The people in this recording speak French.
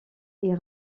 est